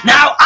Now